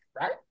right